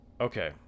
Okay